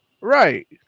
right